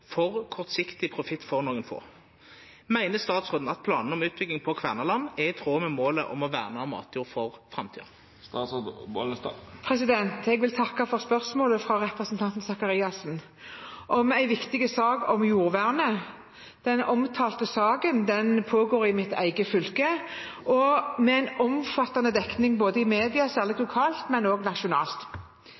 for kortsiktig profitt for nokre få. Meiner statsråden at planane om utbygginga på Kvernaland er i tråd med målet om å verna matjord for framtida?» Jeg vil takke for spørsmålet fra representanten Sakariassen om en viktig sak for jordvernet. Den omtalte saken pågår i mitt eget fylke og med en omfattende dekning i media, særlig lokalt, men også nasjonalt.